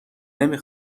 نمی